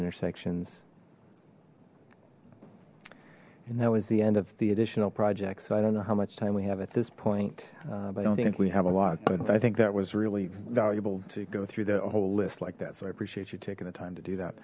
intersections and that was the end of the additional project so i don't know how much time we have at this point i don't think we have a lot but i think that was really valuable to go through the whole list like that so i appreciate you taking the time to do that